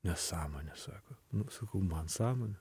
nesąmonė sako nu sakau man sąmonė